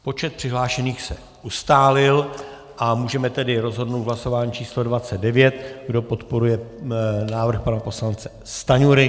Počet přihlášených se ustálil, můžeme tedy rozhodnout v hlasování číslo 29, kdo podporuje návrh pana poslance Stanjury.